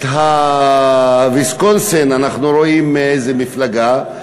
את ויסקונסין אנחנו רואים איזה מפלגה,